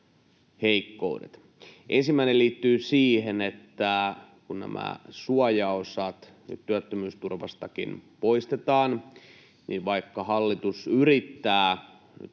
heikkoudet. Ensimmäinen liittyy siihen, että kun nämä suojaosat nyt työttömyysturvastakin poistetaan, niin vaikka hallitus yrittää